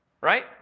Right